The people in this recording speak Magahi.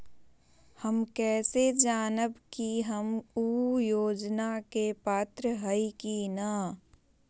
हम कैसे जानब की हम ऊ योजना के पात्र हई की न?